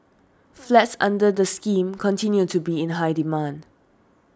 flats under the scheme continue to be in high demand